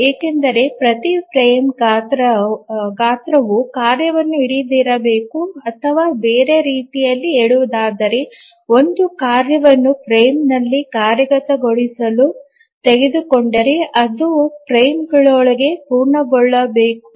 ಏಕೆಂದರೆ ಪ್ರತಿ ಫ್ರೇಮ್ ಗಾತ್ರವು ಕಾರ್ಯವನ್ನು ಹಿಡಿದಿರಬೇಕು ಅಥವಾ ಬೇರೆ ರೀತಿಯಲ್ಲಿ ಹೇಳುವುದಾದರೆ ಒಂದು ಕಾರ್ಯವನ್ನು ಫ್ರೇಮ್ನಲ್ಲಿ ಕಾರ್ಯಗತಗೊಳಿಸಲು ತೆಗೆದುಕೊಂಡರೆ ಅದು ಫ್ರೇಮ್ನೊಳಗೆ ಪೂರ್ಣಗೊಳ್ಳಬೇಕು